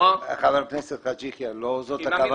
חבר הכנסת חאג' יחיא, לא זאת הכוונה.